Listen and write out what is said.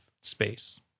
space